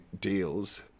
deals